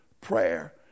prayer